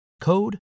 code